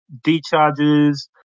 decharges